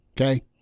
okay